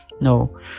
no